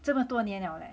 这么多年了 leh